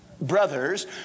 brothers